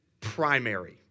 primary